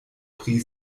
pri